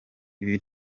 ibi